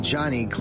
Johnny